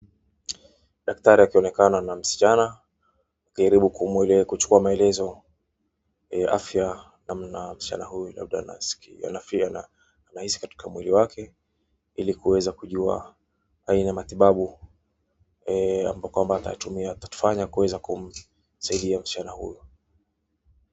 Daktari akionekana na msichana wakijaribu kuchukua maelezo afya namna msichana huyu labda anasikia anafili anahisi katika mwili wake ili kuweza kujua aina ya matibabu ambayo kwamba atayatumia atatufanya kuweza kumsaidia msichana huyu.